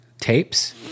tapes